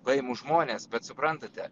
paimu žmones bet suprantate